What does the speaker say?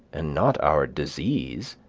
and not our disease,